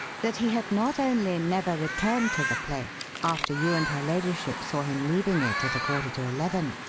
that he had not only never returned to the place after you and her ladyship saw him leaving it at a quarter to eleven,